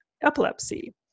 epilepsy